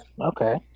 Okay